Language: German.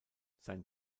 sein